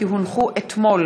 כי הונחו אתמול